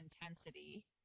intensity